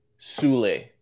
Sule